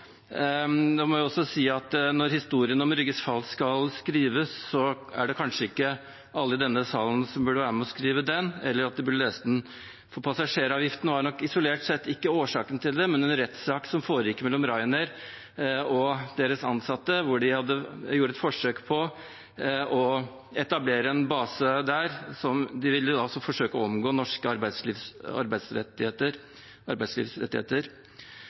må også si at når historien om Rygges fall skal skrives, er det kanskje ikke alle i denne salen som burde være med og skrive den – de burde heller lese den. Passasjeravgiften var nok isolert sett ikke årsaken til det, men en rettssak som foregikk mellom Ryanair og deres ansatte, hvor de gjorde et forsøk på å etablere en base der. De ville forsøke å omgå norske